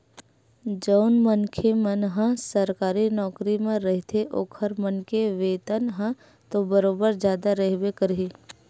जउन मनखे मन ह सरकारी नौकरी म रहिथे ओखर मन के वेतन ह तो बरोबर जादा रहिबे करही